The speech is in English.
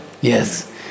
Yes